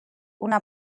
una